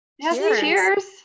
cheers